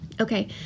Okay